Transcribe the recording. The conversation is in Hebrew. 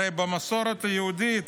הרי במסורת היהודית,